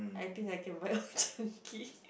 I think I can buy Old-Chang-Kee